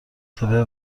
سپهر